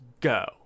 Go